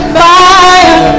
fire